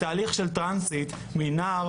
התהליך של טרנסית מנער,